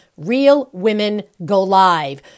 RealWomenGoLive